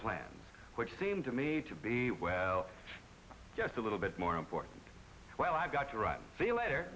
plans which seem to me to be well just a little bit more important well i've got to write a letter